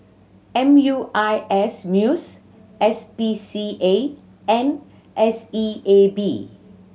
M U I S Muiss P C A and S E A B